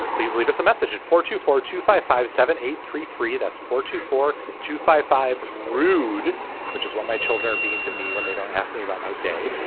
please leave us a message at four two four two five five seven eight three three. that's four two four two five five rude which is why my children are being to me when they don't ask me about my day.